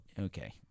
okay